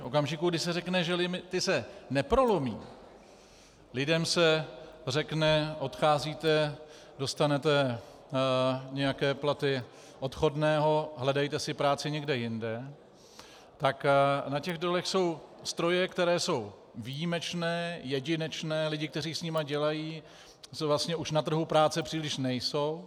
V okamžiku, kdy se řekne, že limity se neprolomí, lidem se řekne: odcházíte, dostanete nějaké platy odchodného, hledejte si práci někde jinde, tak na dolech jsou stroje, které jsou výjimečné, jedinečné, lidé, kteří s nimi dělají, už vlastně na trhu práce příliš nejsou.